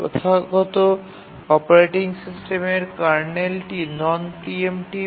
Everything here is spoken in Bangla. প্রথাগত অপারেটিং সিস্টেমের কার্নেলটি নন প্রিএম্পটিভ